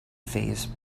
phase